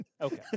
Okay